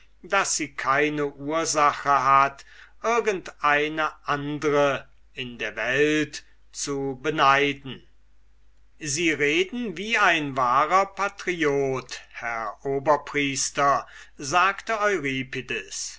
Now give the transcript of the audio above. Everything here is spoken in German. daß sie keine ursache hat irgend eine andre in der welt zu beneiden sie reden wie ein wahrer patriot herr oberpriester sagte